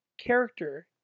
character